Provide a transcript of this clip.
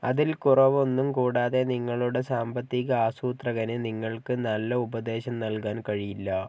അതിൽ കുറവൊന്നും കൂടാതെ നിങ്ങളുടെ സാമ്പത്തിക ആസൂത്രകന് നിങ്ങൾക്ക് നല്ല ഉപദേശം നൽകാൻ കഴിയില്ല